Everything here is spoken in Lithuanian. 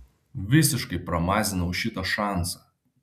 visiškai pramazinau šitą šansą